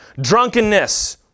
Drunkenness